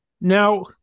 Now